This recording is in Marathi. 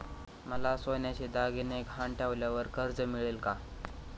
मला सोन्याचे दागिने गहाण ठेवल्यावर कर्ज मिळेल का?